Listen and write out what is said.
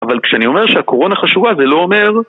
אבל כשאני אומר שהקורונה חשובה זה לא אומר...